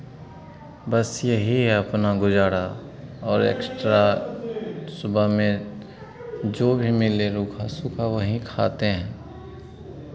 बस यही है अपना गुजारा और एक्स्ट्रा सुबह में जो भी मिले रूखा सूखा वही खाते हैं